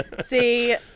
See